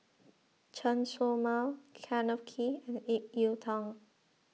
Chen Show Mao Kenneth Kee and Ip Yiu Tung